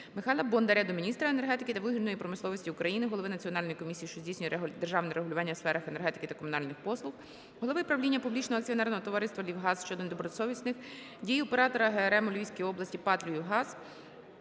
Михайла Бондаря до міністра енергетики та вугільної промисловості України, голови Національної комісії, що здійснює державне регулювання у сферах енергетики та комунальних послуг, голови правління публічного акціонерного товариства "Львівгаз" щодо недобросовісних дій оператора ГРМ у Львівській області ПАТ